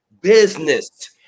business